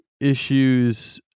issues